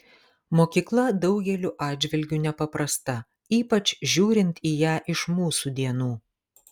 mokykla daugeliu atžvilgiu nepaprasta ypač žiūrint į ją iš mūsų dienų